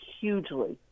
hugely